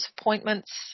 appointments